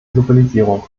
globalisierung